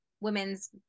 women's